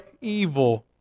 evil